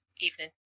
evening